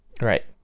Right